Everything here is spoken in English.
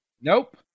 Nope